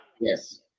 Yes